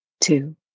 Two